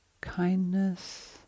kindness